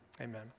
Amen